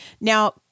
Now